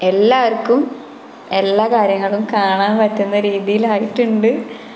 എല്ലാവര്ക്കും എല്ലാ കാര്യങ്ങളും കാണാന് പറ്റുന്ന രീതിയിലായിട്ടുണ്ട്